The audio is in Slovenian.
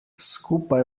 skupaj